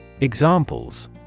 Examples